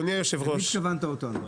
אדוני היושב ראש --- למי התכוונת 'אותנו'?